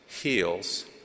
heals